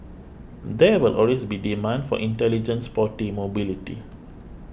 there will always be demand for intelligent sporty mobility